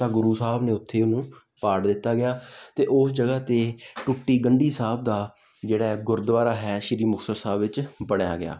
ਤਾਂ ਗੁਰੂ ਸਾਹਿਬ ਨੇ ਉੱਥੇ ਉਹਨੂੰ ਪਾੜ ਦਿੱਤਾ ਗਿਆ ਅਤੇ ਉਸ ਜਗ੍ਹਾ 'ਤੇ ਟੁੱਟੀ ਗੰਢੀ ਸਾਹਿਬ ਦਾ ਜਿਹੜਾ ਗੁਰਦੁਆਰਾ ਹੈ ਸ਼੍ਰੀ ਮੁਕਤਸਰ ਸਾਹਿਬ ਵਿੱਚ ਬਣਿਆ ਗਿਆ